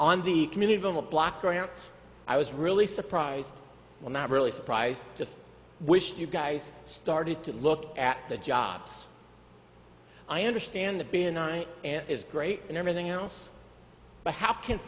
on the community block grants i was really surprised well not really surprised just wished you guys started to look at the jobs i understand the benign aunt is great and everything else but how can